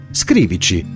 scrivici